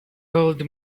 old